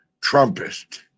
Trumpist